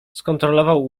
skontrolował